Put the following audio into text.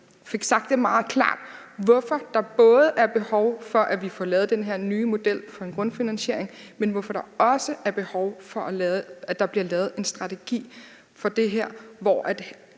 fik sagt det meget klart, hvorfor der både er behov for, vi får lavet den her nye model for en grundfinansiering, men også hvorfor der er behov for, at der bliver lavet en strategi for det her, hvor